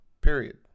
period